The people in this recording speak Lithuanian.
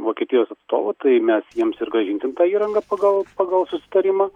vokietijos atstovų tai mes jiems ir grąžinsim tą įrangą pagal pagal susitarimą